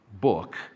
book